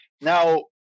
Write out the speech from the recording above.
Now